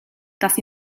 dass